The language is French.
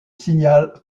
signal